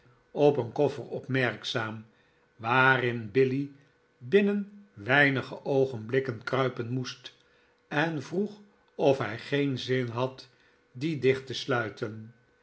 op een koffer opmerkzaam waarin billy binnenweinige oogenblikken kruipen moest en vroeg of hij geen zin had dien dicht tesluiten